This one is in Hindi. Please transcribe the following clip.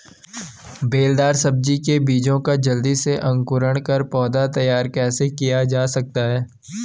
बेलदार सब्जी के बीजों का जल्दी से अंकुरण कर पौधा तैयार कैसे किया जा सकता है?